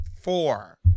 four